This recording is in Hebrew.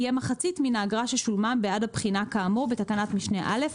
יהיה מחצית מן האגרה ששולמה בעד הבחינה כאמור בתקנת משנה (א),